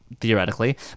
theoretically